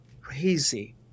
crazy